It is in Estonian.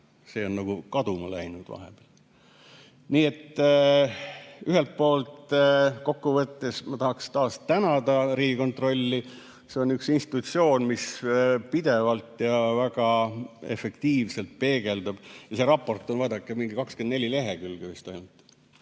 see on nagu kaduma läinud vahepeal. Nii et ühelt poolt kokku võttes ma tahaksin tänada Riigikontrolli. See on üks institutsioon, mis pidevalt ja väga efektiivselt peegeldab. See raport, vaadake, on mingi 24 lehekülge ainult,